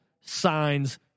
signs